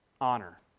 honor